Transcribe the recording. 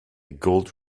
gold